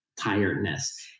tiredness